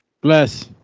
Bless